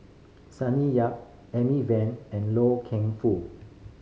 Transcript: Sonny Yap Amy Van and Loy Keng Foo